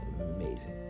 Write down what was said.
amazing